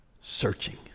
searching